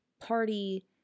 party